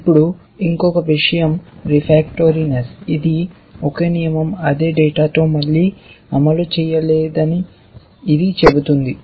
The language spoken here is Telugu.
ఇప్పుడు ఇంకొక విషయం రెఫాక్టరీనేస్స్ ఇది ఒకే నియమం అదే డేటాతో మళ్ళీ అమలు చేయలేదని ఇది చెబుతుంది